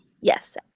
Yes